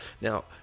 Now